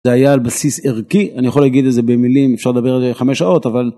זה היה על בסיס ערכי אני יכול להגיד את זה במילים אפשר לדבר על זה חמש שעות אבל.